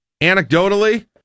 anecdotally